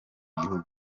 gihugu